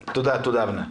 תודה, אבנר.